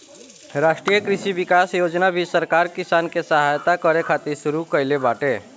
राष्ट्रीय कृषि विकास योजना भी सरकार किसान के सहायता करे खातिर शुरू कईले बाटे